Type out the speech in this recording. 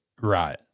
Right